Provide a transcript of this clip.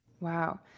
Wow